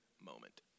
moment